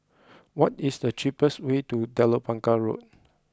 what is the cheapest way to Telok Blangah Road